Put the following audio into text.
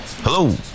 Hello